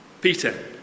Peter